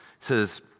says